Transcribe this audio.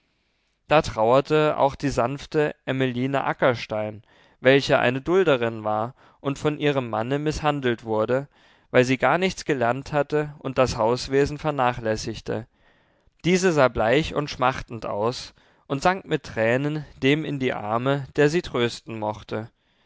da trauerte auch die sanfte emmeline ackerstein welche eine dulderin war und von ihrem manne mißhandelt wurde weil sie gar nichts gelernt hatte und das hauswesen vernachlässigte diese sah bleich und schmachtend aus und sank mit tränen dem in die arme der sie trösten mochte